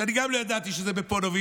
שאני גם לא ידעתי שזה בפוניבז',